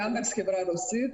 יאנדקס היא חברה רוסית,